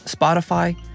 Spotify